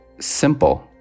simple